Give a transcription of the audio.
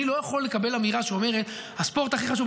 אני לא יכול לקבל אמירה שאומרת: הספורט הכי חשוב,